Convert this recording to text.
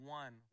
one